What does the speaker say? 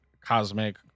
cosmic